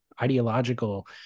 ideological